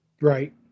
Right